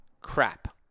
crap